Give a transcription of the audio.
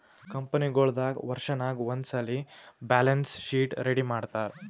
ಕಂಪನಿಗೊಳ್ ದಾಗ್ ವರ್ಷನಾಗ್ ಒಂದ್ಸಲ್ಲಿ ಬ್ಯಾಲೆನ್ಸ್ ಶೀಟ್ ರೆಡಿ ಮಾಡ್ತಾರ್